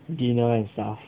dinner and stuff